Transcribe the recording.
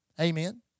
Amen